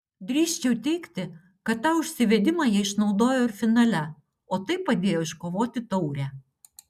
drįsčiau teigti kad tą užsivedimą jie išnaudojo ir finale o tai padėjo iškovoti taurę